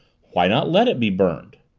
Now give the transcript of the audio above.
why not let it be burned?